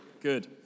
Good